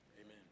amen